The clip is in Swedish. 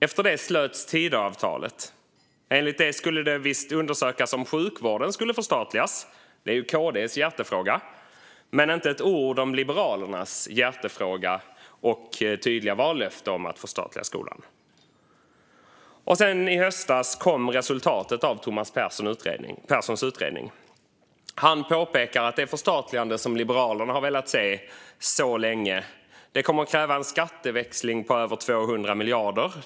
Efter det slöts Tidöavtalet. Enligt avtalet skulle det visst undersökas om sjukvården skulle förstatligas, KD:s hjärtefråga, men det fanns inte ett ord om Liberalernas hjärtefråga och tydliga vallöfte om att förstatliga skolan. I höstas kom så resultatet av Thomas Perssons utredning. Han påpekar att det förstatligande som Liberalerna har velat se så länge kommer att kräva en skatteväxling på över 200 miljarder.